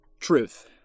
Truth